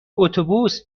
اتوبوس